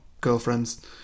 girlfriends